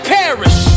perish